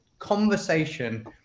conversation